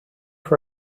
for